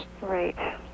Right